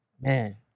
Man